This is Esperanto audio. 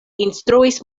instruis